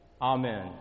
Amen